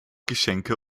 geschenke